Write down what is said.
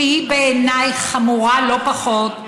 שהיא בעיניי חמורה לא פחות,